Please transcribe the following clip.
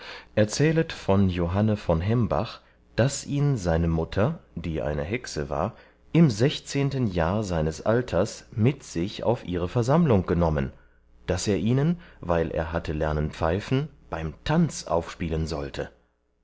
erzählet von johanne von hembach daß ihn seine mutter die eine hexe war im sechzehnten jahr seines alters mit sich auf ihre versammlung genommen daß er ihnen weil er hatte lernen pfeifen beim tanz aufspielen sollte